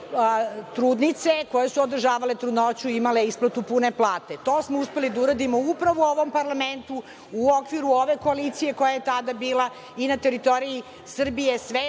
trudnice koje su održavale trudnoću imale isplatu pune plate. To smo uspeli da uradimo upravo u ovom parlamentu, u okviru ove koalicije, koja je tada bila i na teritoriji Srbije. Sve